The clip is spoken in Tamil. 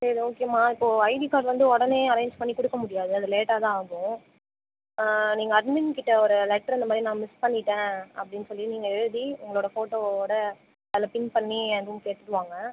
சரி ஓகேம்மா இப்போது ஐடி கார்ட் வந்து உடனே அரேஞ்ச் பண்ணி கொடுக்க முடியாது அது லேட்டாக தான் ஆகும் நீங்கள் அட்மின் கிட்டே ஒரு லெட்ரு இந்த மாதிரி நான் மிஸ் பண்ணிவிட்டேன் அப்படினு சொல்லி நீங்கள் எழுதி உங்களோடய ஃபோட்டோவோடு அதில் பின் பண்ணி என் ரூமுக்கு எடுத்துகிட்டு வாங்க